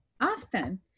Awesome